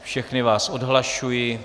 Všechny vás odhlašuji.